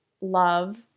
love